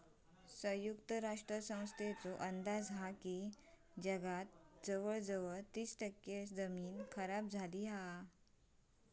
संयुक्त राष्ट्र संस्थेचो अंदाज हा की जगात जवळजवळ तीस टक्के जमीन खराब झाली हा